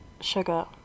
sugar